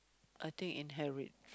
I think inherit